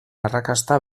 arrakasta